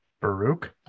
baruch